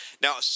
Now